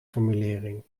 formulering